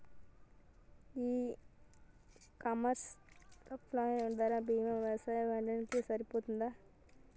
ఈ e commerce platform ధర మా వ్యవసాయ బడ్జెట్ కు సరిపోతుందా?